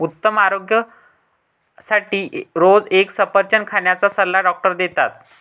उत्तम आरोग्यासाठी रोज एक सफरचंद खाण्याचा सल्ला डॉक्टर देतात